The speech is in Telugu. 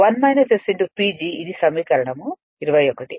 కాబట్టి PG ఇది సమీకరణం 21